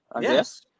Yes